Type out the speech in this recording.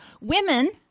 Women